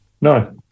No